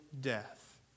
death